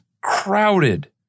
crowded